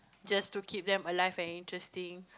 just to keep them alive and interesting